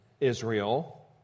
Israel